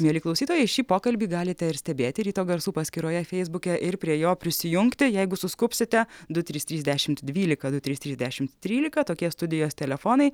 mieli klausytojai šį pokalbį galite ir stebėti ryto garsų paskyroje feisbuke ir prie jo prisijungti jeigu suskubsite du trys trys dešimt dvylika du trys trys dešimt trylika tokie studijos telefonai